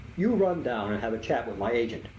you run down and have a chat with my agent.